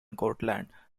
courland